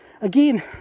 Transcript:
Again